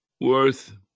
worth